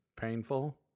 painful